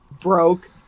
broke